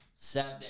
seven